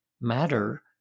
matter